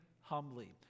humbly